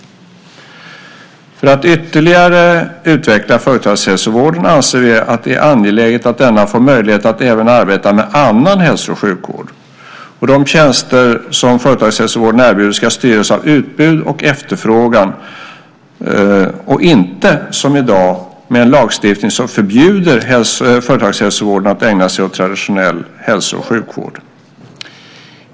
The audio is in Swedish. För att ytterligare utveckla företagshälsovården anser vi att det är angeläget att denna får möjlighet att även arbeta med annan hälso och sjukvård. De tjänster som företagshälsovården erbjuder ska styras av utbud och efterfrågan och inte som i dag av en lagstiftning som förbjuder företagshälsovården att ägna sig åt traditionell hälso och sjukvård.